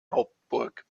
hauptburg